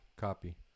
Copy